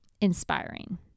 inspiring